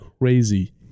crazy